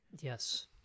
yes